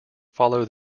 followed